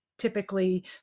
typically